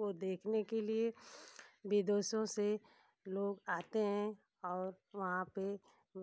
को देखने के लिए विदेशों से लोग आते हैं और वहाँ पर